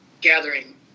gathering